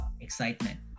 excitement